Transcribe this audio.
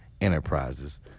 Enterprises